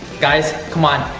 guys, come on,